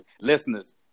listeners